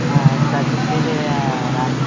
sir six GB RAM